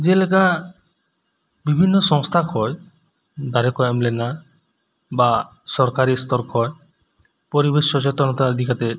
ᱡᱮᱞᱮᱠᱟ ᱵᱤᱵᱷᱤᱱᱱᱚ ᱥᱚᱝᱥᱛᱷᱟ ᱠᱷᱚᱡ ᱫᱟᱨᱮ ᱠᱚ ᱮᱢ ᱞᱮᱱᱟ ᱵᱟ ᱥᱚᱨᱠᱟᱨᱤ ᱥᱛᱚᱨ ᱠᱷᱚᱡ ᱯᱚᱨᱤᱵᱮᱥ ᱥᱚᱪᱮᱛᱚᱱᱚᱛᱟ ᱤᱫᱤ ᱠᱟᱛᱮ